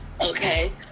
Okay